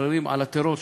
משחררים על הטרור,